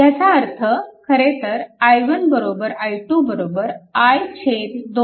ह्याचा अर्थ खरेतर i1 i2 i 2